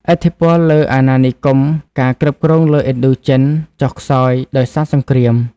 ឥទ្ធិពលលើអាណានិគមការគ្រប់គ្រងលើឥណ្ឌូចិនបាន ចុះខ្សោយ ដោយសារសង្គ្រាម។